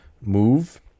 move